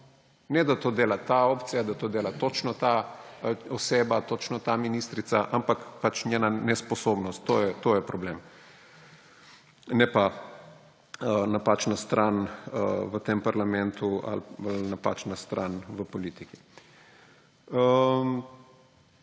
Ne da to dela ta opcija, da to dela točno ta oseba ali točno ta ministrica, ampak njena nesposobnost. To je problem, ne pa napačna stran v tem parlamentu ali pa napačna stran v politiki.